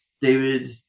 David